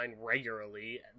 regularly